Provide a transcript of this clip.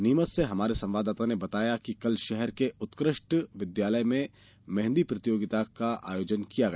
नीमच से हमारे संवाददाता ने बताया है कि कल शहर के उत्कृष्ट विद्यालय में मेंहदी प्रतियोगिता का आयोजन किया गया